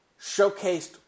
showcased